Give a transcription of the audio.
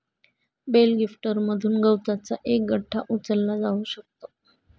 bell लिफ्टरमधून गवताचा एक गठ्ठा उचलला जाऊ शकतो